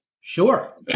sure